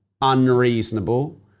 unreasonable